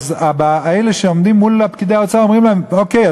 אז אלה שעומדים מול פקידי האוצר אומרים להם: אוקיי,